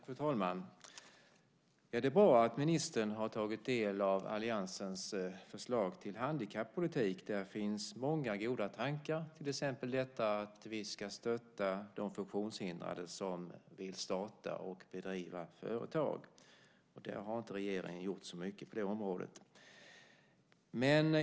Fru talman! Det är bra att ministern har tagit del av alliansens förslag till handikappolitik. Där finns många goda tankar, till exempel att vi ska stötta de funktionshindrade som vill starta och driva företag. Regeringen har inte gjort så mycket på det området.